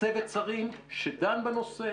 צוות שרים שדן בנושא,